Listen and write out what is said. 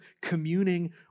communing